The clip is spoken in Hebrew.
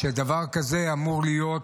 שדבר כזה אמור להיות,